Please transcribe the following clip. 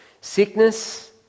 sickness